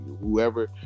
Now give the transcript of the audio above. whoever